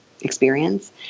experience